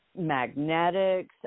Magnetics